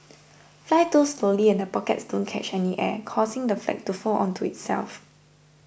fly too slowly and the pockets don't catch any air causing the flag to fold onto itself